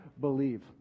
believe